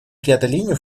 преодолению